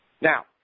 Now